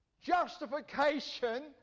justification